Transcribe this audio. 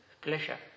pleasure